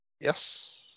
yes